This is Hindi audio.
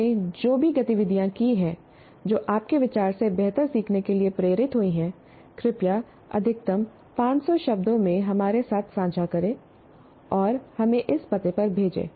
आपने जो भी गतिविधियाँ की हैं जो आपके विचार से बेहतर सीखने के लिए प्रेरित हुई हैं कृपया अधिकतम 500 शब्दों में हमारे साथ साझा करें और हमें इस पते पर भेजें